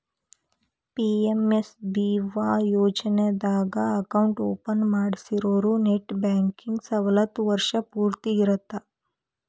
PMSBY ಯೋಜನಾದಾಗ account open ಮಾಡ್ಸಿರೋರು net banking ಸವಲತ್ತು ವರ್ಷ್ ಪೂರ್ತಿ ಇರತ್ತ